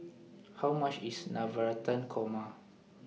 How much IS Navratan Korma